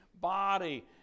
body